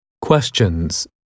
Questions